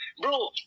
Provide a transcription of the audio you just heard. Bro